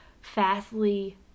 fastly